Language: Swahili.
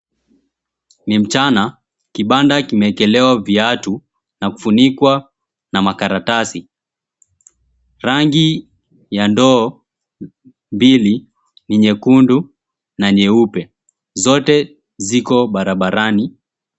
Ni mchana, kibanda kimewekelewa viatu na kufunikwa na makaratasi. Rangi ya ndoo mbili ni nyekundu na nyeupe. Zote ziko barabarani.